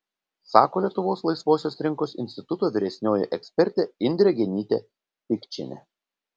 sako lietuvos laisvosios rinkos instituto vyresnioji ekspertė indrė genytė pikčienė